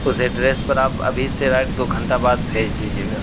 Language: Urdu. اس ایڈریس پر آپ ابھی سے رائٹ دو گھنٹہ بعد بھیج دیجیے گا